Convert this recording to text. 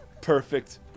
Perfect